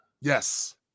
yes